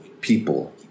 people